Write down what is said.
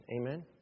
Amen